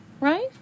right